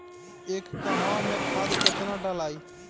एक कहवा मे खाद केतना ढालाई?